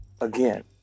Again